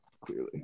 Clearly